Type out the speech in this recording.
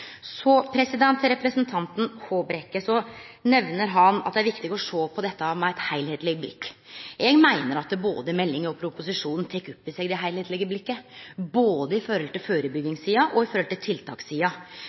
Så til representanten Håbrekke: Han nemnde at det er viktig å sjå på dette med eit heilskapleg blikk. Eg meiner at både meldinga og proposisjonen tek opp i seg det heilskaplege, både